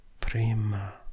prima